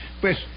pues